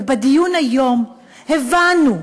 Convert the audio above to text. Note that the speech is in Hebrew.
ובדיון היום הבנו,